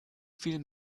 viel